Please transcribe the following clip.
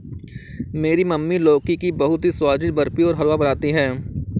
मेरी मम्मी लौकी की बहुत ही स्वादिष्ट बर्फी और हलवा बनाती है